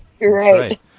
right